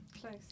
close